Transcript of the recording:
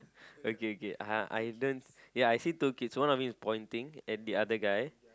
okay K I I turn ya I see two kids one of them is pointing at the other guy